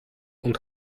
und